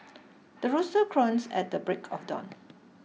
the rooster crows at the break of dawn